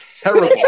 terrible